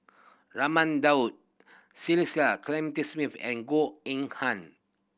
Raman Daud Cecil Clementi Smith and Goh Eng Han